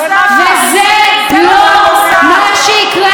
אבל זה מה שאת עושה.